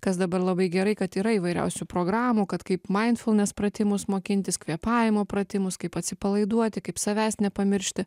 kas dabar labai gerai kad yra įvairiausių programų kad kaip mindfulness pratimus mokintis kvėpavimo pratimus kaip atsipalaiduoti kaip savęs nepamiršti